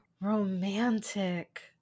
Romantic